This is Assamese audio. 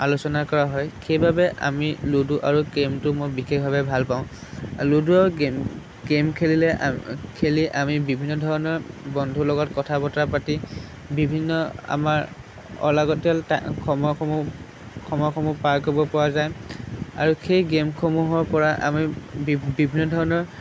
আলোচনা কৰা হয় সেইবাবে আমি লুডু আৰু গেমটো মই বিশেষভাৱে ভালপাঁও লুডু আৰু গেম গেম খেলিলে খেলি আমি বিভিন্ন ধৰণৰ বন্ধুৰ লগত কথা বতৰা পাতি বিভিন্ন আমাৰ অলাগতিয়াল সময়সমূহ সময়সমূহ পাৰ কৰিব পৰা যায় আৰু সেই গেমসমূহৰপৰা আমি বিভিন্ন ধৰণৰ